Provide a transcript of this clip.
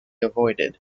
avoided